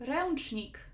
Ręcznik